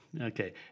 Okay